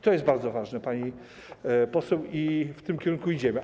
To jest bardzo ważne, pani poseł, i w tym kierunku idziemy.